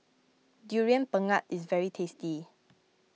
Durian Pengat is very tasty